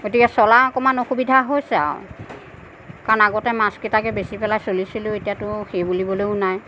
গতিকে চলা অকণমান অসুবিধা হৈছে আৰু কাৰণ আগতে মাছকেইটাকে বেচি পেলাই চলিছিলোঁ এতিয়াতো সেই বুলিবলৈও নাই